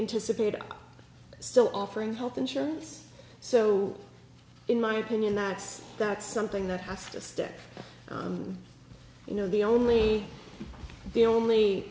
anticipate still offering health insurance so in my opinion that's that's something that has to stick you know the only the only